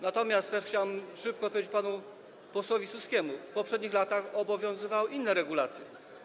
Natomiast chciałbym też szybko odpowiedzieć panu posłowi Suskiemu: w poprzednich latach obowiązywały inne regulacje.